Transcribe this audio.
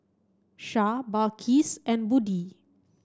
Shah Balqis and Budi